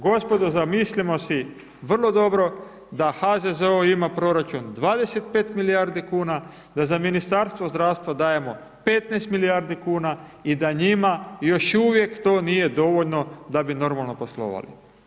Gospodo, zamislimo si vrlo dobro da HZZO ima proračun 25 milijardi, da za Ministarstvo zdravstva dajemo 15 milijardi kuna i da njima još uvijek to nije dovoljno da bi normalno poslovali.